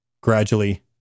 gradually